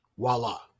Voila